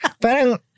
Parang